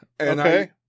okay